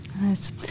Nice